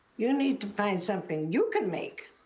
you need to find something you can make.